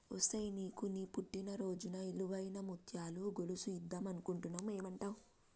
ఒసేయ్ నీకు నీ పుట్టిన రోజున ఇలువైన ముత్యాల గొలుసు ఇద్దం అనుకుంటున్న ఏమంటావ్